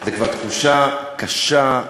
זו כבר תחושה קשה,